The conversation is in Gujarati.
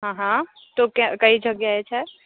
હા હા તો કયા કઈ જગ્યાએ છે